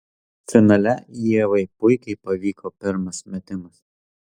finale ievai puikiai pavyko pirmas metimas